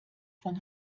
von